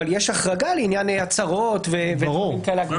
אבל יש החרגה לעניין עצרות והגברה.